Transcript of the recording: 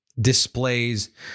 displays